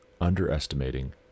underestimating